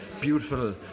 beautiful